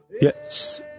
Yes